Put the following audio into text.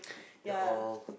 the all